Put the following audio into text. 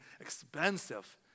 expensive